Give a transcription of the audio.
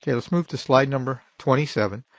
yeah let's move to slide number twenty seven.